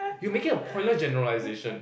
you're making a pointless generalization